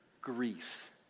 grief